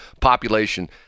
population